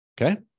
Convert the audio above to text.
Okay